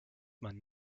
man